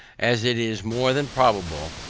as it is more than probable,